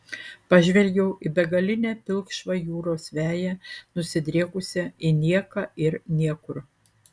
pažvelgiau į begalinę pilkšvą jūros veją nusidriekusią į nieką ir niekur